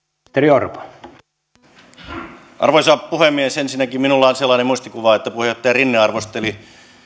arvoisa puhemies ensinnäkin minulla on sellainen muistikuva että puheenjohtaja rinne arvosteli